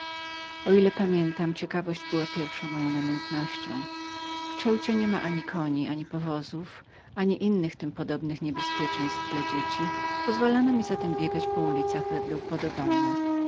o ile zapamiętam ciekawość była pierwszą moją namiętnością w ceucie nie ma ani koni ani powozów ani innych tym podobnych niebezpieczeństw dla dzieci pozwalano mi zatem biegać po ulicach wedle upodobania